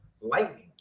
lightning